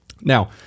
Now